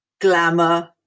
glamour